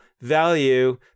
value